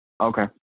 Okay